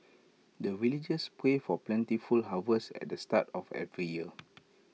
the villagers pray for plentiful harvest at the start of every year